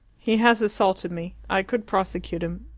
he has assaulted me. i could prosecute him.